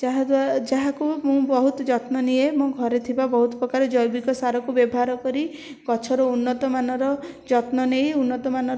ଯାହା ଦ୍ୱା ଯାହାକୁ ମୁଁ ବହୁତ ଯତ୍ନ ନିଏ ମୁଁ ଘରେ ଥିବା ବହୁତ ଜୈବିକ ସାରକୁ ବ୍ୟବହାର କରି ଗଛର ଉନ୍ନତମାନର ଯତ୍ନ ନେଇ ଉନ୍ନତମାନର